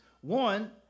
One